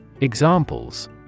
Examples